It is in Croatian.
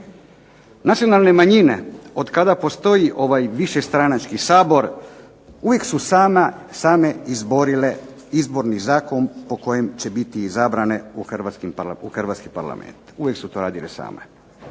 Nacionalne manjine od kada postoji ovaj višestranački Sabor uvijek su same izborile Izborni zakon po kojem će biti izabrane u hrvatski Parlament. Uvijek su to radile same.